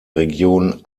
region